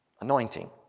anointing